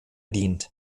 dient